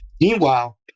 Meanwhile